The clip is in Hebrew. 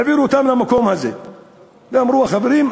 העבירו אותם למקום הזה ואמרו: חברים,